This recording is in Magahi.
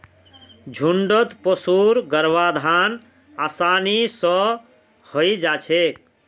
झुण्डत पशुर गर्भाधान आसानी स हई जा छेक